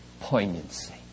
poignancy